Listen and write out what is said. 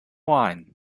wine